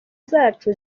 zacu